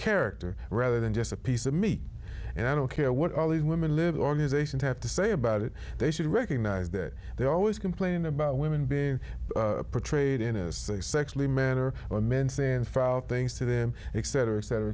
character rather than just a piece of meat and i don't care what all these women live organizations have to say about it they should recognize that they always complain about women being portrayed in a sexually manner or men saying file things to them etc etc etc